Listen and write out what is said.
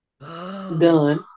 done